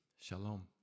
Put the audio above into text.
Shalom